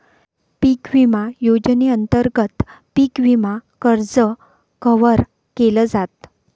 पिक विमा योजनेअंतर्गत पिक विमा कर्ज कव्हर केल जात